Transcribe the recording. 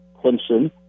Clemson